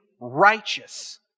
righteous